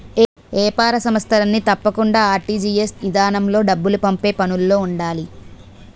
ఏపార సంస్థలన్నీ తప్పకుండా ఆర్.టి.జి.ఎస్ ఇదానంలో డబ్బులు పంపే పనులో ఉండాలి